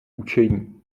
učení